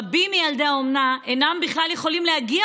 רבים מילדי האומנה אינם יכולים בכלל להגיע